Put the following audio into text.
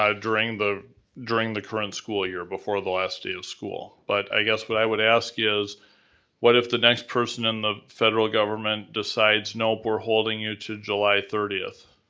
during the during the current school year before the last day of school. but i guess what i would ask is what if the next person in the federal government decides, nope, we're holding you to july thirtieth.